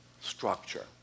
structure